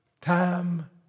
Time